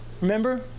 Remember